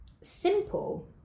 simple